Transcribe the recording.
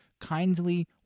kindly